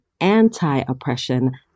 anti-oppression